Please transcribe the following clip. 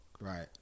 right